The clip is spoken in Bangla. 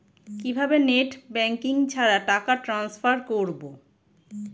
কিভাবে নেট ব্যাঙ্কিং ছাড়া টাকা ট্রান্সফার করবো?